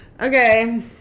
Okay